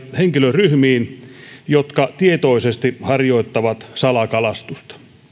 henkilöryhmiin jotka tietoisesti harjoittavat salakalastusta